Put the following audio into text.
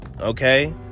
Okay